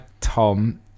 Tom